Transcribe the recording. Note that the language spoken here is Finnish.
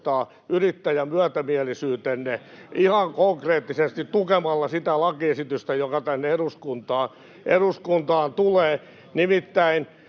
yrittäjämyötämielisyytenne ihan konkreettisesti tukemalla sitä lakiesitystä, joka tänne eduskuntaan tulee. Nimittäin